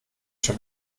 schon